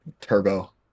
turbo